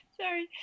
sorry